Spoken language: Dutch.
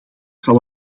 zal